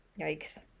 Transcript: yikes